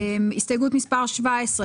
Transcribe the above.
עכשיו התייעצות סיעתית.